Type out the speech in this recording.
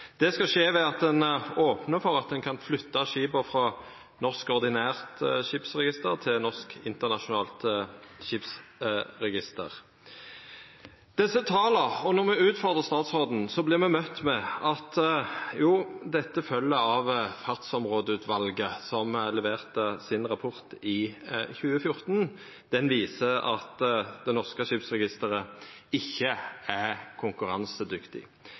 Det skal skje ved at ein opnar for at ein kan flytta skipa frå Norsk Ordinært Skipsregister til Norsk Internasjonalt Skipsregister. Når me utfordrar statsråden, vert me møtte med at dette følgjer av Fartsområdeutvalet, som leverte rapporten sin i 2014, som viser at det norske skipsregisteret ikkje er konkurransedyktig.